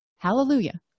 Hallelujah